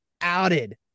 outed